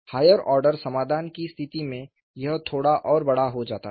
higher order समाधान की स्थिति में यह थोड़ा और बड़ा हो जाता है